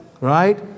right